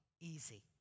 easy